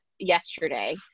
yesterday